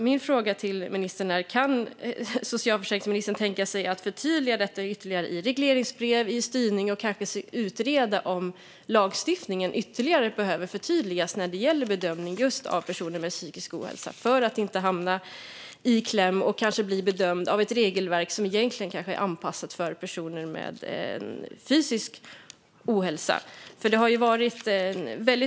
Min fråga till ministern är om socialförsäkringsministern kan tänka sig att förtydliga detta ytterligare i regleringsbrev och i styrning och kanske utreda om lagstiftningen behöver förtydligas ytterligare när det gäller bedömning av personer med psykisk ohälsa, för att de inte ska hamna i kläm och bli bedömda utifrån ett regelverk som egentligen kanske är anpassat för personer med fysisk ohälsa.